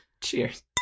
cheers